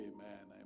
Amen